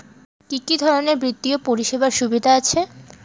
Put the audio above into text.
কি কি ধরনের বিত্তীয় পরিষেবার সুবিধা আছে?